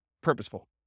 purposeful